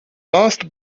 last